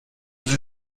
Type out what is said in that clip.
sie